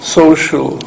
social